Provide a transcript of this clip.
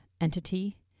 entity